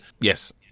Yes